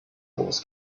wars